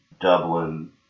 Dublin